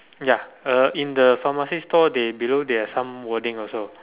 ya uh in the pharmacy store they below they have some wording also